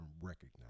recognize